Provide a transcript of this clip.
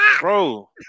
bro